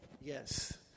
Yes